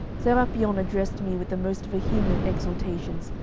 serapion addressed me with the most vehement exhortations,